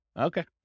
Okay